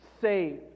Saved